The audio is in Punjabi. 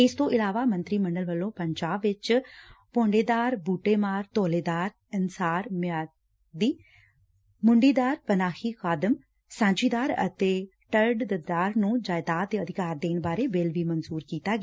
ਇਸ ਤੋ ਇਲਾਵਾ ਮੰਤਰੀ ਮੰਡਲ ਵੱਲੋ ਪੰਜਾਬ ਵਿਚ ਭੌਡੇਦਾਰ ਬੂਟੇਮਾਰ ਧੌਲੇਦਾਰ ਇਨਸਾਰ ਮਿਆਦੀ ਮੁੱਕਰਰਾਰੀਦਾਰ ਮੁੰਡੀਮਾਰ ਪਨਾਹੀ ਕਾਇਮ ਸਾਂਝੀਦਾਰ ਅਤੇ ਤਰਡਦਦਕਾਰ ਨੂੰ ਜਾਇਦਾਦ ਦੇ ਅਧਿਕਾਰ ਦੇਣ ਬਾਰੇ ਬਿੱਲ ਵੀ ਮਨਜੁਰ ਕੀਤਾ ਗਿਐ